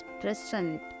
present